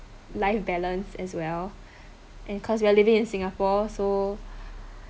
life balance as well and cause we're living in singapore so